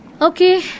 Okay